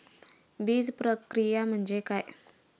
बीजप्रक्रिया म्हणजे काय?